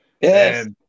Yes